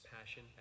Passion